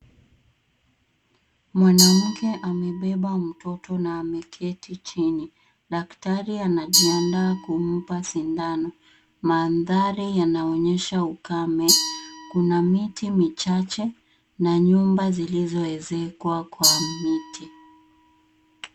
Mwanamke amebeba mtoto na ameketi chini. Daktari anajiandaa kumpa sindano. Mandhari yanaonyesha ukame. Kuna miti michache na nyumba zilizo ezekwa kwa miti.